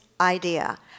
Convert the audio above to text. idea